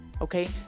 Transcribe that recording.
Okay